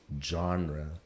genre